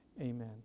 amen